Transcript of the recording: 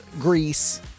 Greece